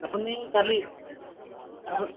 আপুনি কালি